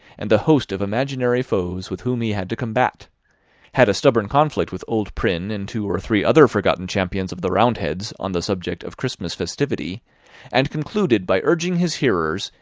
and the host of imaginary foes with whom he had to combat had a stubborn conflict with old prynne and two or three other forgotten champions of the round-heads, on the subject of christmas festivity and concluded by urging his hearers,